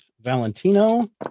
Valentino